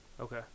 okay